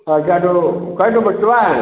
अच्छा तो कै ठो बच्चवाँ हैं